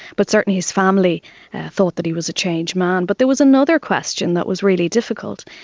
but certainly his family thought that he was a changed man. but there was another question that was really difficult,